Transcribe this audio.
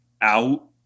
out –